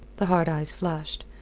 the hard eyes flashed,